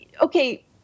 okay